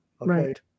Right